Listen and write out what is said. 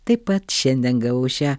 taip pat šiandien gavau šią